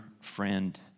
friend